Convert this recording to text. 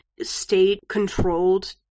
state-controlled